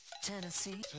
tennessee